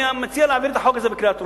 אני מציע להעביר את החוק הזה בקריאה טרומית.